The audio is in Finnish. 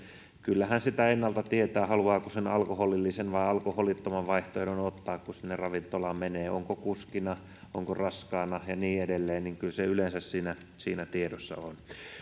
kyllähän sitä ennalta tietää haluaako sen alkoholillisen vai alkoholittoman vaihtoehdon ottaa kun sinne ravintolaan menee onko kuskina onko raskaana ja niin edelleen kyllä se yleensä siinä tiedossa on